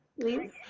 Please